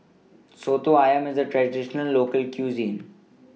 Soto Ayam IS A Traditional Local Cuisine